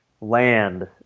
land